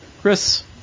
Chris